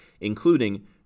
including